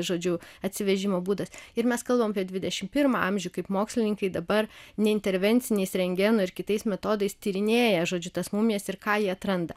žodžiu atsivežimo būdas ir mes kalbam apie dvidešimt pirmą amžių kaip mokslininkai dabar neintervenciniais rentgeno ir kitais metodais tyrinėja žodžiu tas mumijas ir ką jie atranda